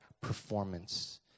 performance